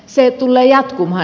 se tulee jatkumaan